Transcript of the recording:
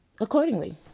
accordingly